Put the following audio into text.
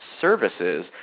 services